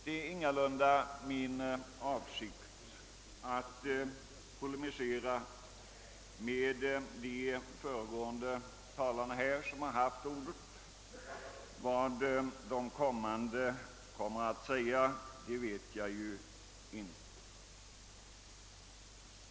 Det är ingalunda min avsikt att polemisera mot de föregående talarna, och vad de efterföljande kommer att säga vet jag ju inte.